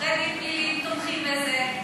עורכי דין פליליים תומכים בזה.